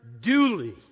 duly